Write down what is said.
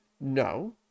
No